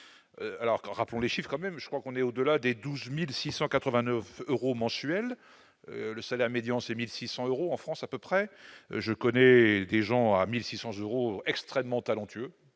alors que rappelons les chiffre quand même, je crois qu'on est au-delà des 12689 euros mensuels, le salaire médian 1600 euros en France à peu près, je connais des gens à 1600 euros extrêmement talentueux